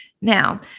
Now